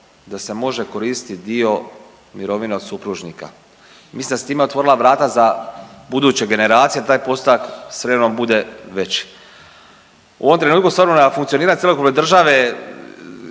da se može koristit dio mirovine od supružnika. Mislim da su se time otvorila vrata za buduće generacije da taj postotak s vremenom bude veći. U ovom trenutku stvarno ne funkcionira cjelokupne države,